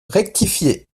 rectifié